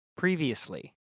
Previously